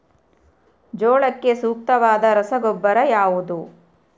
ಜೋಳಕ್ಕೆ ಸೂಕ್ತವಾದ ರಸಗೊಬ್ಬರ ಯಾವುದು?